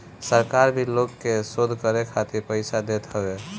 सरकार भी लोग के शोध करे खातिर पईसा देत हवे